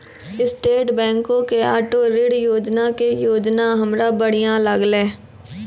state बैंको के auto ऋण योजना के योजना हमरा बढ़िया लागलै